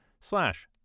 slash